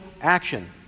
action